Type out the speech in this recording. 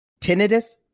tinnitus